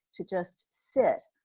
to just sit,